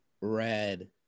red